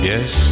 Yes